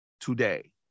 today